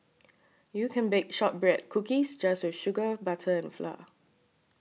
you can bake Shortbread Cookies just with sugar butter and flour